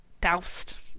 doused